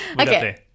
Okay